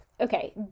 okay